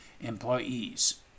employees